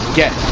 get